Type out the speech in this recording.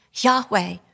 Yahweh